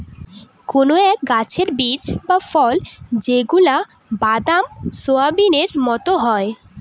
কোনো এক গাছের বীজ বা ফল যেগুলা বাদাম, সোয়াবিনের মতো হয়